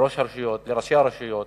לראשי הרשויות